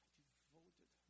devoted